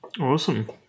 Awesome